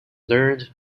learned